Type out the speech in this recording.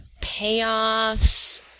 Payoffs